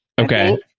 Okay